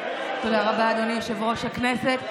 תודה רבה, אדוני יושב-ראש הכנסת.